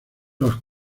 los